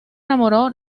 enamoró